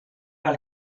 pas